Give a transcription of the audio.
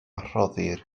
rhoddir